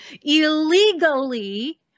illegally